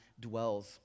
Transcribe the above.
dwells